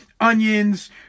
onions